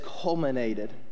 culminated